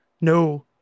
No